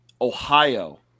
ohio